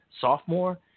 sophomore